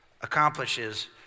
Accomplishes